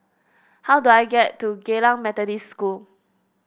how do I get to Geylang Methodist School